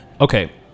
okay